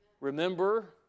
remember